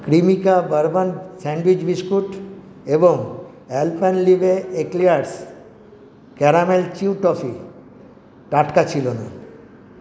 Cremica bourbon sandwich biscuit এবং Alpenliebe eclairs caramel chew toffee টাটকা ছিলো না